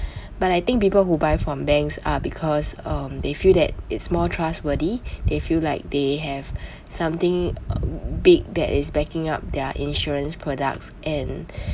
but I think people who buy from banks are because um they feel that it's more trustworthy they feel like they have something big that is backing up their insurance products and